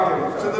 הנושא.